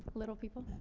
little people.